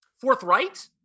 forthright